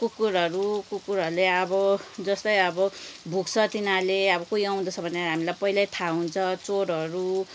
कुकुरहरू कुकुरहरूले अब जस्तै अब भुक्छ तिनीहरूले अब कोही आउँदैछ भने हामीलाई पहिल्यै थाहा हुन्छ चोरहरू